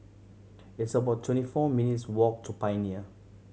it's about twenty four minutes' walk to Pioneer